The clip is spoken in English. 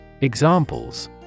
Examples